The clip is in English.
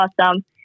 awesome